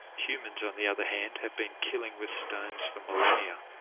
humans on the other hand have been killing with stones for millennia.